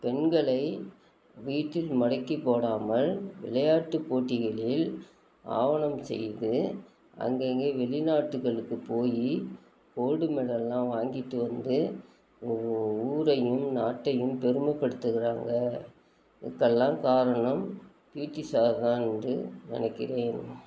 பெண்களை வீட்டில் முடக்கி போடாமல் விளையாட்டு போட்டிகளில் ஆவணம் செய்து ஆங்காங்கே வெளிநாட்டுகளுக்கு போய் கோல்டு மெடலெலாம் வாங்கிகிட்டு வந்து ஊ ஊரையும் நாட்டையும் பெருமைப்படுத்துகிறாங்க இதுக்கெல்லாம் காரணம் பிடி சார் தான் என்று நினைக்கிறேன்